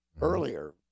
earlier